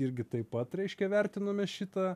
irgi taip pat reiškia vertinome šitą